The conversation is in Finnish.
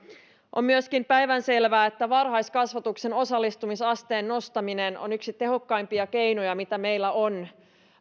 on myöskin päivänselvää että varhaiskasvatuksen osallistumisasteen nostaminen on yksi tehokkaimpia keinoja mitä meillä on